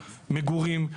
מגורים,